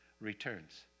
returns